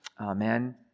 amen